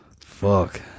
Fuck